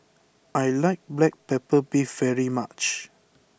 I like Black Pepper Beef very much